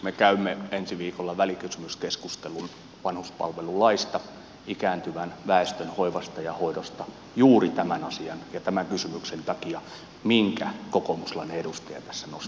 me käymme ensi viikolla välikysymyskeskustelun vanhuspalvelulaista ikääntyvän väestön hoivasta ja hoidosta juuri tämän asian ja tämän kysymyksen takia minkä kokoomuslainen edustaja tässä nosti esiin